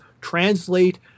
translate